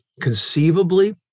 conceivably